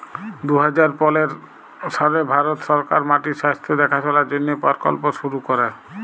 দু হাজার পলের সালে ভারত সরকার মাটির স্বাস্থ্য দ্যাখাশলার জ্যনহে পরকল্প শুরু ক্যরে